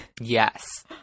Yes